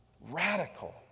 Radical